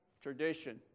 tradition